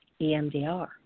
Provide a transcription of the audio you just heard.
EMDR